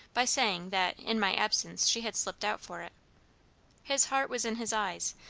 by saying that in my absence she had slipped out for it his heart was in his eyes,